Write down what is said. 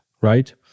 right